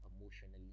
emotionally